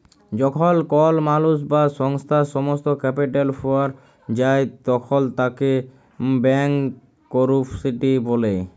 যখল কল মালুস বা সংস্থার সমস্ত ক্যাপিটাল ফুরাঁয় যায় তখল তাকে ব্যাংকরূপটিসি ব্যলে